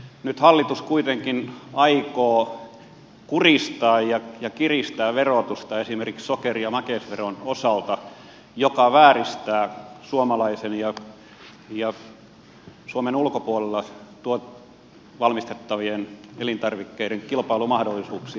nyt hallitus kuitenkin aikoo kuristaa ja kiristää verotusta esimerkiksi sokeri ja makeisveron osalta mikä vääristää suomalaisten ja suomen ulkopuolella valmistettavien elintarvikkeiden kilpailumahdollisuuksia